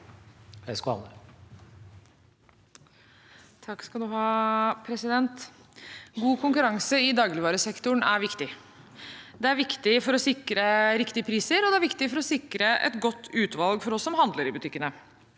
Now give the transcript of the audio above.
God konkurranse i dagligvaresektoren er viktig. Det er viktig for å sikre riktige priser, og det er viktig for å sikre et godt utvalg for oss som handler i butikkene.